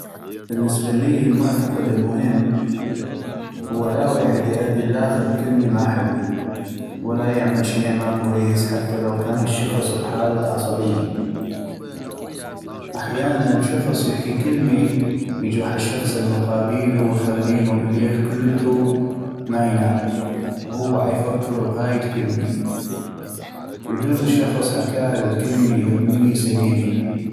بالنسبة اللي المعتقد المهم هو لا ويحد يأذي اللاخ بكلمي ما حلوي ولا يعمل شي ما كويس حتى لو كان الشخص بحالة عصبي ، أحياناً شخص يحكي كلمي يجغح الشخص المقابيلو ويخلينو الليل كلتو ما ينام وهو عيفكر بهاي الكلمي ، ويجوز الشخص حكاها للكلمي بنيي سليمي.